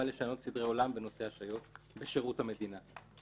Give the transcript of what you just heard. לשנות סדרי עולם בנושא השעיות בשירות המדינה.